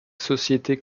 sociétés